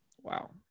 wow